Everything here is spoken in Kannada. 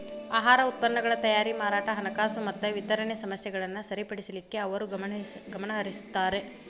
ಆಹಾರ ಉತ್ಪನ್ನಗಳ ತಯಾರಿ ಮಾರಾಟ ಹಣಕಾಸು ಮತ್ತ ವಿತರಣೆ ಸಮಸ್ಯೆಗಳನ್ನ ಸರಿಪಡಿಸಲಿಕ್ಕೆ ಅವರು ಗಮನಹರಿಸುತ್ತಾರ